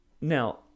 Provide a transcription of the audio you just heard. Now